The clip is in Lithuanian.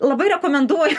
labai rekomenduoju